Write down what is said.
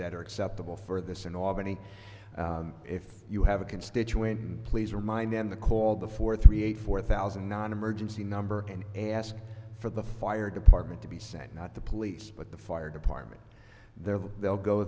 that are acceptable for this in albany if you have a constituent and please are mine and the call the four three eight four thousand non emergency number and ask for the fire department to be sent not the police but the fire department there they'll go